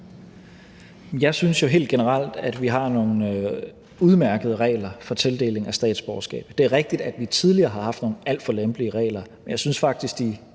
Jeg synes jo helt generelt, at vi har nogle udmærkede regler for tildeling af statsborgerskab. Det er rigtigt, at vi tidligere har haft nogle alt for lempelige regler. Jeg synes faktisk, at